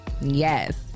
Yes